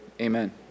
amen